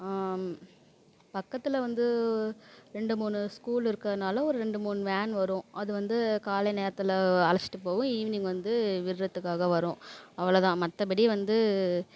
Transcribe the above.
பக்கத்தில் வந்து ரெண்டு மூணு ஸ்கூல் இருக்கிறதுனால ஒரு ரெண்டு மூணு வேன் வரும் அது வந்து காலை நேரத்தில் அழைச்சிட்டு போகும் ஈவினிங் வந்து விட்டுறத்துக்காக வரும் அவ்வள தான் மற்றபடி வந்து